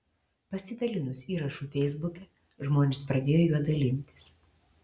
pasidalinus įrašu feisbuke žmonės pradėjo juo dalintis